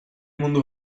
mundu